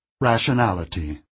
Rationality